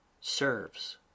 serves